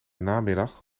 namiddag